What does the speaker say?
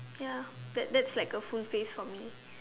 ya that that's like a full face for me